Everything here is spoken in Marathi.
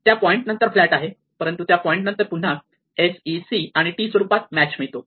त्या पॉईंट नंतर फ्लॅट आहे परंतु त्या पॉईंट नंतर पुन्हा s e c आणि t स्वरूपात मॅच मिळतो